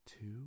two